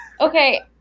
Okay